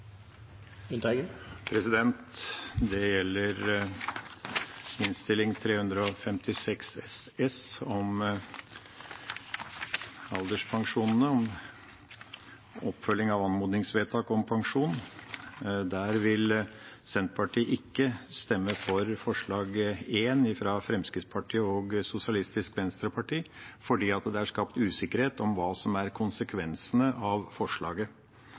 Lundteigen bedt om ordet til en stemmeforklaring. Det gjelder Innst. 356 S for 2020–2021 om oppfølging av anmodningsvedtak om pensjon. Der vil Senterpartiet ikke stemme for forslag nr. 1, fra Fremskrittspartiet og Sosialistisk Venstreparti, fordi det er skapt usikkerhet om hva som er konsekvensene av forslaget.